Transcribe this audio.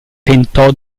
tentò